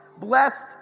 blessed